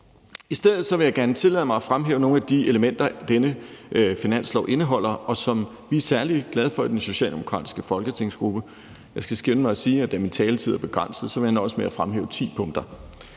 I stedet vil jeg gerne tillade mig at fremhæve nogle af de elementer, som denne finanslov indeholder, og som vi er særlig glade for i den socialdemokratiske folketingsgruppe. Jeg skal skynde mig at sige, at da min taletid er begrænset, vil jeg nøjes med at fremhæve ti punkter: